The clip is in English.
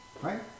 Right